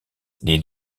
les